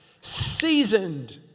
seasoned